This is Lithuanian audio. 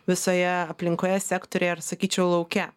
visoje aplinkoje sektoriuje ar sakyčiau lauke